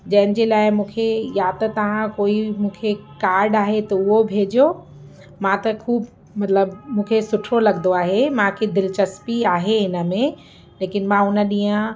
जंहिं जे लाइ मूंखे या त तव्हां कोई मूंखे कार्ड आहे त उहो भेजो मां त खूब मतिलबु मूंखे सुठो लॻंदो आहे मूंखे दिलचस्पी आहे हिन में लेकिन मां उन ॾींहुं